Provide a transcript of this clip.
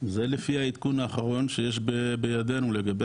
זה לפי העדכון האחרון שיש בידינו לגבי